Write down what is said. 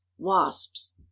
Wasps